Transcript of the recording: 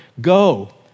go